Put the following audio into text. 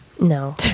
no